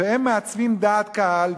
והם מעצבים דעת קהל,